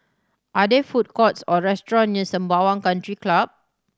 are there food courts or restaurant near Sembawang Country Club